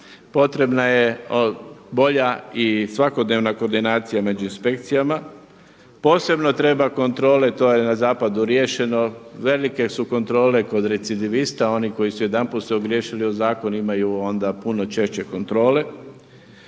potrebna je bolja i svakodnevna koordinacija među inspekcijama. Posebno treba kontrole, to je na zapadu riješeno, velike su kontrole kod recidivista oni koji su se jedanput ogriješili o zakon imaju onda puno češće kontrole.